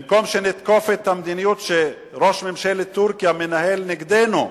במקום שנתקוף את המדיניות שראש ממשלת טורקיה מנהל נגדנו,